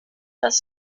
das